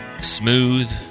smooth